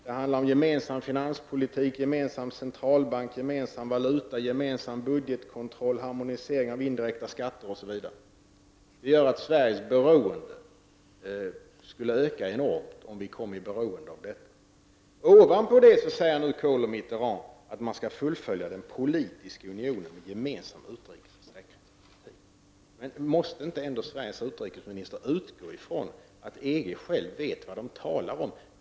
Det handlar om en gemensam finanspolitik, en gemensam centralbank, en gemensam valuta, gemensam budgetkontroll, harmonisering av indirekta skatter osv. Sveriges beroende skulle öka enormt om vi anslöt oss till detta samarbete. Ovanpå detta säger nu Kohl och Mitterrand att man skall fullfölja den politiska unionen med en gemensam utrikesoch säkerhetspolitik. Måste ändå inte Sveriges utrikesminister utgå från att man i EG själv vet vad man talar om?